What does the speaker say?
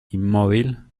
inmóvil